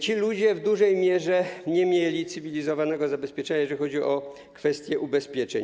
Ci ludzie w dużej mierze nie mieli cywilizowanego zabezpieczenia, jeśli chodzi o kwestię ubezpieczeń.